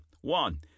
one